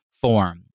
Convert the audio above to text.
form